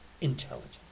intelligent